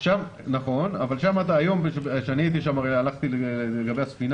אני באופן